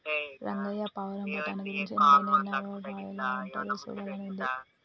రంగయ్య పావురం బఠానీ గురించి ఎన్నడైనా ఇన్నావా రా ఎలా ఉంటాదో సూడాలని ఉంది